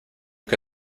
que